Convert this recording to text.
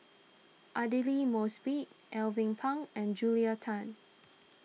Aidli Mosbit Alvin Pang and Julia Tan